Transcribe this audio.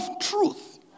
truth